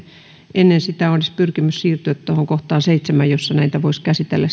ennen sitä olisi pyrkimys siirtyä tuohon kohtaan seitsemän jossa näitä voisi käsitellä